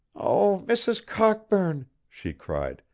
oh, mrs. cockburn! she cried.